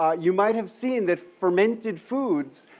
ah you might have seen that fermented foods